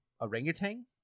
orangutan